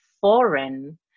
foreign